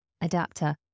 Adapter